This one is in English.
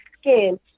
skin